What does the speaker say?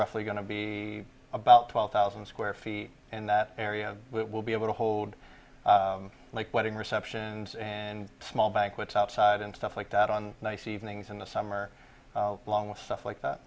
roughly going to be about twelve thousand square feet in that area will be able to hold like wedding receptions and small banquets outside and stuff like that on nice evenings in the summer along with stuff like that